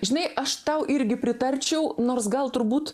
žinai aš tau irgi pritarčiau nors gal turbūt